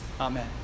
Amen